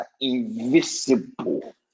invisible